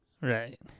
Right